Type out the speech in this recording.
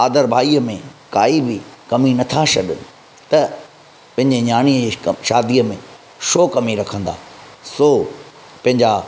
आदर भाईअ में काई बि कमी न था छॾनि त पंहिंजे नियाणीअ जी शादी में छो कमी रखंदा सो पंहिंजा